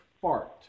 fart